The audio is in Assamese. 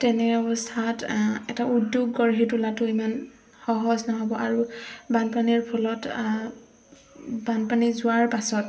তেনে অৱস্থাত এটা উদ্যোগ গঢ়ি তোলাটো ইমান সহজ নহ'ব আৰু বানপানীৰ ফলত বানপানী যোৱাৰ পাছত